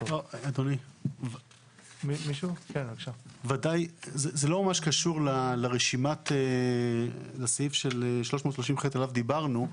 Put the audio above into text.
זה לא ממש קשור לרשימה של סעיף 330ח שעליו דיברנו.